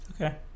Okay